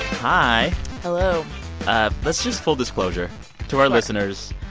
hi hello let's just full disclosure to our listeners.